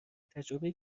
تجربه